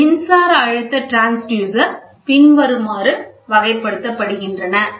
மின்சார அழுத்த டிரான்ஸ்யூசர் பின்வருமாறு வகைப்படுத்தப்படுகின்றன 1